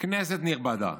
"כנסת נכבדה,